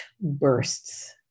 bursts